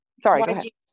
Sorry